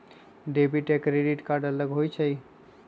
Debit card या credit card अलग होईछ ई?